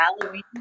Halloween